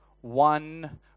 one